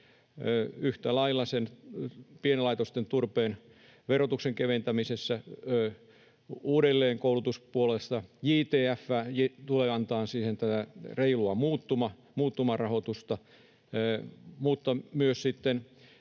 yhtä lailla pienlaitosten turpeen verotuksen keventämisessä ja uudelleenkoulutuspuolessa — JTF tulee antamaan siihen reilua muuttumarahoitusta — mutta myös tukea